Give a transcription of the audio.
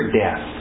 death